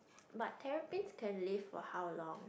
but terrapins can live for how long